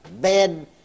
bed